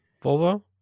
Volvo